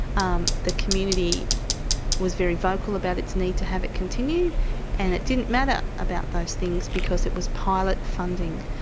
um the community was very vocal about its need to have it continue and it didn't matter about those things because it was pilot funding.